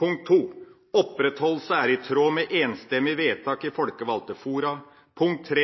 Punkt 2: Opprettholdelse er i tråd med enstemmig vedtak i folkevalgte fora. Punkt 3: